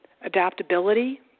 adaptability